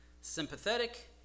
sympathetic